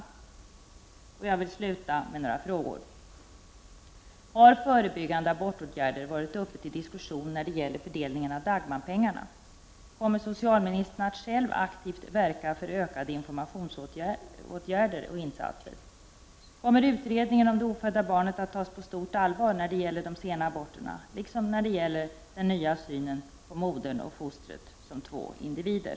Jag vill sluta mitt anförande med att ställa några frågor. Har förebyggande abortåtgärder varit uppe till diskussion när det gällde fördelningen av Dagmarpengarna? Kommer socialministern att själv aktivt verka för ökade informationsinsatser? Kommer utredningen om det ofödda barnet att tas på stort allvar när det gäller de sena aborterna, liksom när det gäller den nya synen på modern och fostret som två individer?